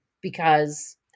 Because-